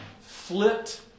flipped